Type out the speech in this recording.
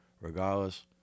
regardless